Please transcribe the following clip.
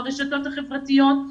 ברשתות החברתיות,